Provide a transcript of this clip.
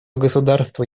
государства